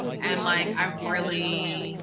and like, i've really,